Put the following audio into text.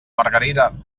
margarida